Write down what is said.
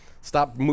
stop